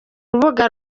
rubuga